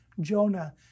Jonah